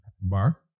bar